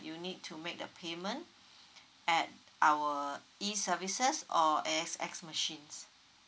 you need to make the payment at our the E services or A_X_S machines